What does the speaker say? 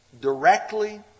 directly